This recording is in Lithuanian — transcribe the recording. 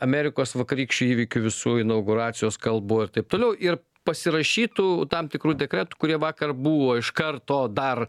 amerikos vakarykščių įvykių visų inauguracijos kalbų ir taip toliau ir pasirašytų tam tikrų dekretų kurie vakar buvo iš karto dar